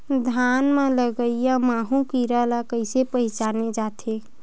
धान म लगईया माहु कीरा ल कइसे पहचाने जाथे?